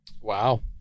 Wow